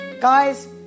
Guys